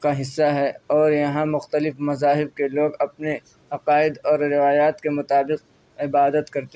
کا حصہ ہے اور یہاں مختلف مذاہب کے لوگ اپنے عقائد اور روایات کے مطابق عبادت کرتے ہیں